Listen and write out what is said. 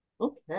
Okay